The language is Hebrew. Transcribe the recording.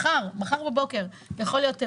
מחר בבוקר יכול להיות אירוע,